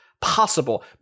possible –